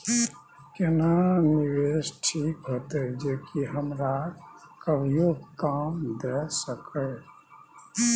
केना निवेश ठीक होते जे की हमरा कभियो काम दय सके?